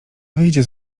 wyjdzie